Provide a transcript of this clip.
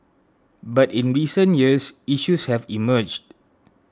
but in recent years issues have emerged